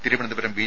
Thiruvananthapuram B